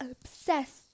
obsessed